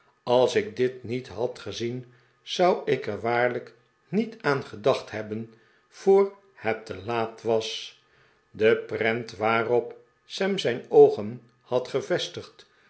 als ik dit niet had gezien zou ik er waarlijk niet aan gedacht hebben voor het te laat was de prent waarop sam zijn oogen had gevestigd